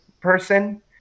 person